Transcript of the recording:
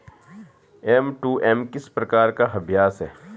M to M किस प्रकार का अभ्यास है?